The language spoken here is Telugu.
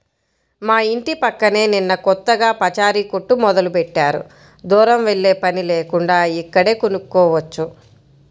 మా యింటి పక్కనే నిన్న కొత్తగా పచారీ కొట్టు మొదలుబెట్టారు, దూరం వెల్లేపని లేకుండా ఇక్కడే కొనుక్కోవచ్చు